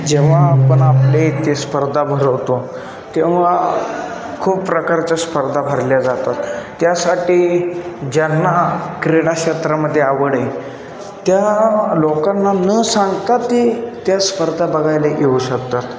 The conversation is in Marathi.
जेव्हा आपण आपल्या इथे स्पर्धा भरवतो तेव्हा खूप प्रकारचा स्पर्धा भरल्या जातात त्यासाठी ज्यांना क्रीडा क्षेत्रामध्ये आवड आहे त्या लोकांना न सांगता ते त्या स्पर्धा बघायला येऊ शकतात